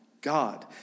God